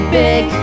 big